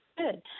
Good